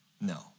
no